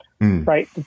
Right